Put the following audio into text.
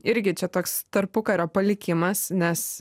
irgi čia toks tarpukario palikimas nes